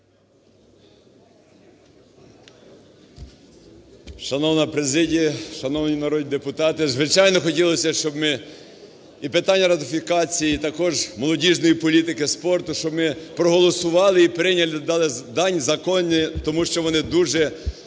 Шановна президія, шановні народні депутати, звичайно, хотілося, щоб ми і питання ратифікації, і також молодіжної політики, спорту, щоб ми проголосували і прийняли, дали дань законам, тому що вони дуже